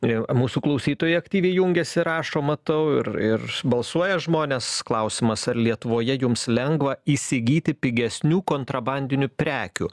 ir mūsų klausytojai aktyviai jungiasi rašo matau ir ir balsuoja žmonės klausimas ar lietuvoje jums lengva įsigyti pigesnių kontrabandinių prekių